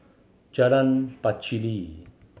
Jalan Pacheli